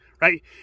Right